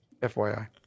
FYI